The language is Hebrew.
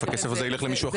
הכסף הזה יילך למישהו אחר.